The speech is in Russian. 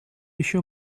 еще